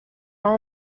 all